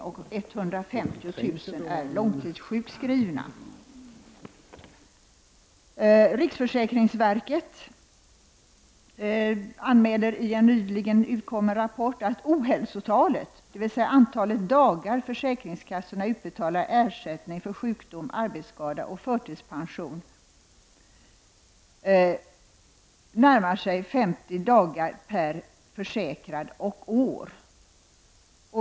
Antalet långtidssjukskrivna är 150 000. skada och förtidspension, närmar sig 50 dagar per försäkrad och år.